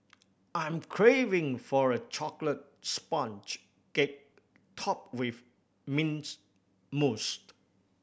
I'm craving for a chocolate sponge cake topped with mint moussed